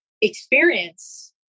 experience